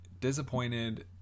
disappointed